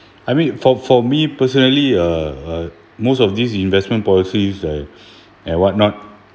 I mean for for me personally uh most of this investment policies uh and what not